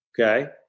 okay